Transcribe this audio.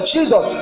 Jesus